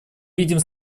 видим